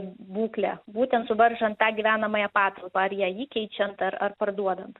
būklę būtent suvaržant tą gyvenamąją patalpą ar ją įkeičiant ar ar parduodant